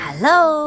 Hello